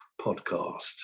podcast